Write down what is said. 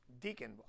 Deacon